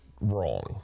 wrong